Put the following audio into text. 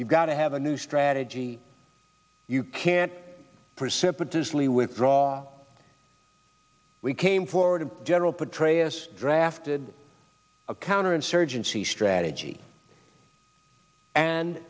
you've got to have a new strategy you can't precipitous lee withdraw we came forward and general petraeus drafted a counterinsurgency strategy and